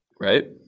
Right